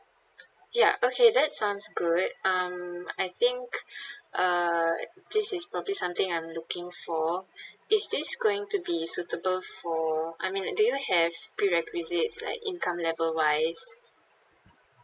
ya okay that sounds good um I think uh this is probably something I'm looking for is this going to be suitable for I mean like do you have prerequisites like income level wise